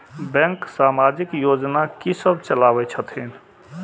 Bank समाजिक योजना की सब चलावै छथिन?